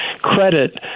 credit